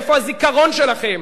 איפה הזיכרון שלכם?